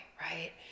right